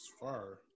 fire